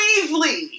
Weasley